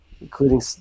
including